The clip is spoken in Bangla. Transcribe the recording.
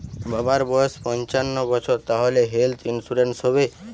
বাবার বয়স পঞ্চান্ন বছর তাহলে হেল্থ ইন্সুরেন্স হবে?